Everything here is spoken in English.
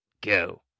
go